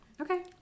Okay